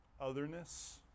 otherness